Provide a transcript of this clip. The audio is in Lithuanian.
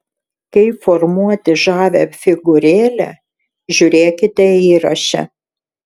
kaip formuoti žavią figūrėlę žiūrėkite įraše